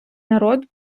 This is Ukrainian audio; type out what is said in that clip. народ